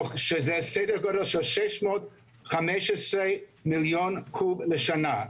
שזה סדר גודל של 615 מיליון קוב לשנה.